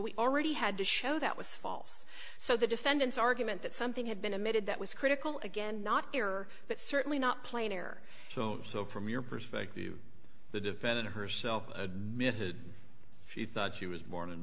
we already had to show that was false so the defendant's argument that something had been admitted that was critical again not error but certainly not plainer so from your perspective the defendant herself admitted she thought she was born in